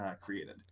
created